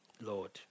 Lord